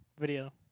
video